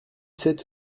sept